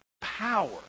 power